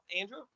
Andrew